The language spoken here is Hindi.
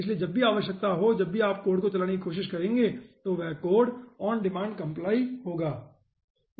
इसलिए जब भी आवश्यकता हो जब भी आप कोड को चलाने की कोशिश करेंगे वह कोड ऑन डिमांड कॉम्पाईल होगा ठीक है